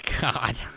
God